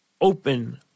open